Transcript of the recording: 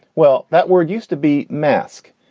well, that word used to be mask.